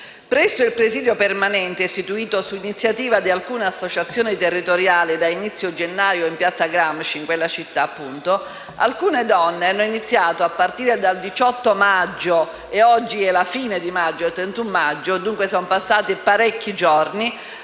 Presso il presidio permanente istituito su iniziativa di alcune associazioni territoriali da inizio gennaio in piazza Gramsci, alcune donne hanno iniziato a partire dal 18 maggio - oggi siamo al 31 maggio e, dunque, sono passati parecchi giorni